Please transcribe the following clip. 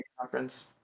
conference